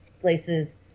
places